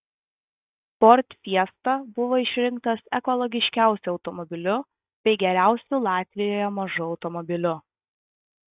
ford fiesta buvo išrinktas ekologiškiausiu automobiliu bei geriausiu latvijoje mažu automobiliu